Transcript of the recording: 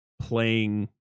playing